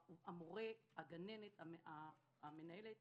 המורה, הגננת, המנהלת